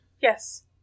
Yes